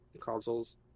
consoles